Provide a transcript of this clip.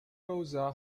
rosa